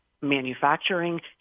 manufacturing